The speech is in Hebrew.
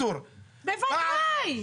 --- אני רואה מה עושה השיטור העירוני אצלנו.